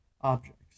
objects